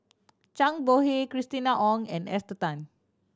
Zhang Bohe Christina Ong and Esther Tan